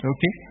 Okay